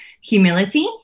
humility